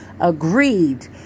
agreed